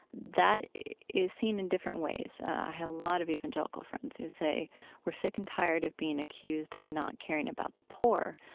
that is seen in different ways. i have a lot of evangelical friends who say we're sick and tired of being accused of not caring about the poor.